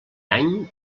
any